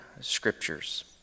scriptures